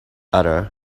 other